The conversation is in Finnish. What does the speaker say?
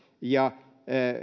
ja